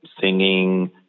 singing